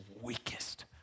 weakest